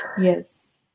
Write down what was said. Yes